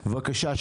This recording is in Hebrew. בבקשה,